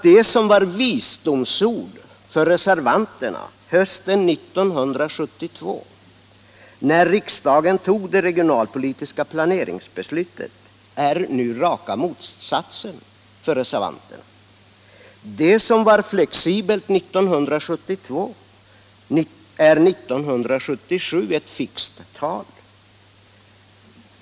Det som var visdomsord för reservanterna hösten 1972, när riksdagen fattade det regionalpolitiska planeringsbeslutet, är nu raka motsatsen för reservanterna. Och det som var flexibelt 1972 är 1977 ett fixt tal.